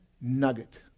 nugget